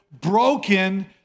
broken